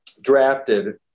drafted